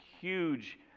huge